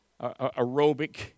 aerobic